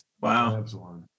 Wow